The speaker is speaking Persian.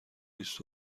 بیست